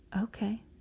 Okay